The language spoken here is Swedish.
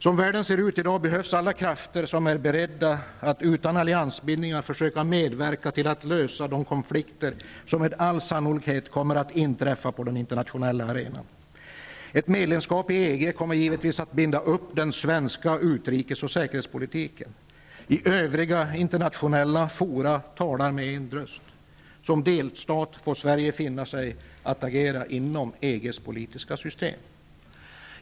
Som världen ser ut i dag behövs alla krafter som är beredda att utan alliansbindningar försöka medverka till att lösa de konflikter som med all sannolikhet kommer att uppträda på den internationella arenan. Ett medlemskap i EG kommer givetvis att binda upp den svenska utrikesoch säkerhetspolitiken. I övriga internationella fora talar EG med en röst. Som delstat får Sverige finna sig i att agera inom EG:s politiska system.